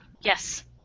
Yes